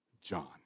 John